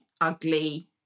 ugly